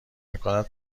میکند